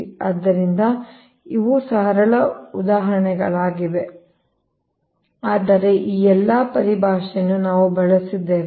ಆದ್ದರಿಂದ ಇವು ಸರಳ ಉದಾಹರಣೆಗಳಾಗಿವೆ ಆದರೆ ಈ ಎಲ್ಲಾ ಪರಿಭಾಷೆಯನ್ನು ನಾವು ಬಳಸಿದ್ದೇವೆ